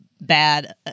bad